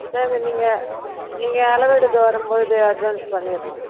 சரி நீங்கள் நீங்கள் அளவெடுக்க வரும்போது அட்வான்ஸ் பண்ணிர்றோம்